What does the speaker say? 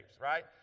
right